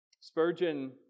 Spurgeon